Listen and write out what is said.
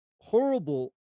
horrible